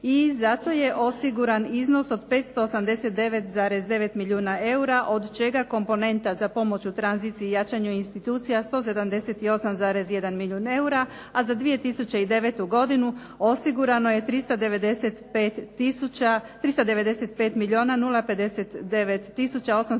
i zato je osiguran iznos od 589,9 milijuna eura, od čega komponenta za pomoć u tranziciji jačanju institucija 178,1 milijun eura, a za 2009. godinu osigurano je 395 milijuna 059 tisuća 831 kuna